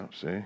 See